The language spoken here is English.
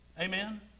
Amen